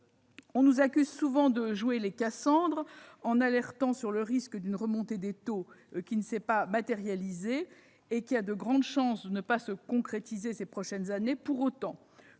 On nous accuse souvent de jouer les Cassandre en alertant sur le risque d'une remontée des taux qui ne s'est pas matérialisée et qui a de grandes chances de ne pas se concrétiser ces prochaines années. Pour autant,